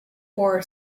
for